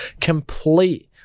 Complete